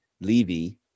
Levy